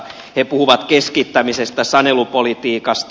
he puhuvat keskittämisestä sanelupolitiikasta